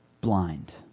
blind